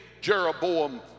Jeroboam